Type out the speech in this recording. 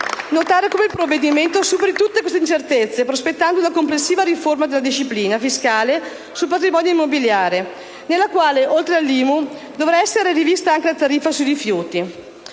notare come il provvedimento superi tutte queste incertezze, prospettando una complessiva riforma della disciplina fiscale sul patrimonio immobiliare, nella quale, oltre all'IMU, dovrà essere rivista anche la tariffa sui rifiuti.